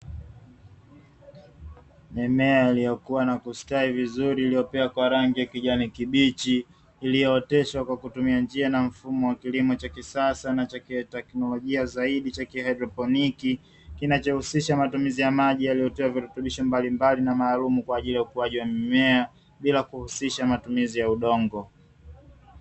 Mimea iliyokuwa na kustawi vizuri iliyopea kwa rangi ya kijani kibichi, iliyooteshwa kwa kutumia njia na mfumo wa kilimo cha kisasa na cha kiteknolojia zaidi cha kihaidroponiki, kinachohusisha matumizi ya maji yaliyotiwa virutubisho mbalimbali na maalumu kwa ajili ya ukuaji wa mimea, bila kuhusisha matumizi ya udongo.